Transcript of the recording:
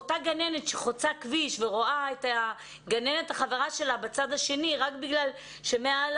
אותה גננת שחוצה כביש ורואה את הגננת החברה שלה בצד השני רק בגלל שמעל